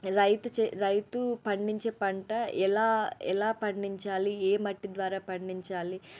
రైతుచే రైతు పండించే పంట ఎలా ఎలా పండించాలి ఏ మట్టి ద్వారా పండించాలి